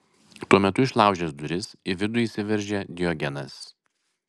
tuo metu išlaužęs duris į vidų įsiveržė diogenas